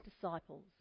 disciples